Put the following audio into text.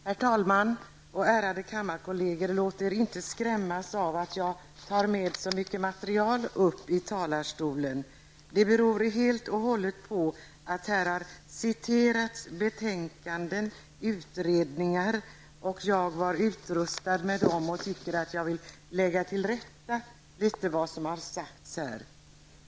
Herr talman! Ärade kammarkolleger! Låt er inte skrämmas av att jag tar med en hel del material i talarstolen. Det beror helt på att det här har citerats ur betänkanden och utredningar som jag här har tillgängliga, och jag tycker att litet av det som här har sagts bör läggas till rätta.